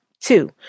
Two